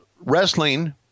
wrestling